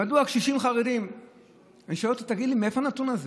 אני שואל אותו: תגיד לי, מאיפה הנתון הזה?